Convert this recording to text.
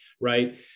right